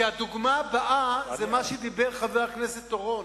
כי הדוגמה הבאה זה מה שדיבר עליו חבר הכנסת אורון,